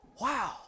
Wow